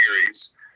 series